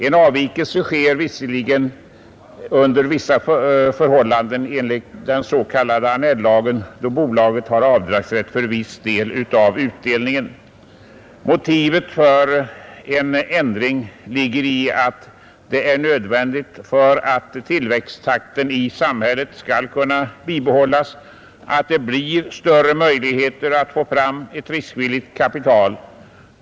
En avvikelse sker visserligen under vissa förhållanden enligt den s.k. Annell-lagen då bolaget har avdragsrätt för viss del av utdelningen. Motivet för en ändring är att det är nödvändigt med större möjligheter att få fram riskvilligt kapital för att tillväxttakten i samhället skall kunna bibehållas.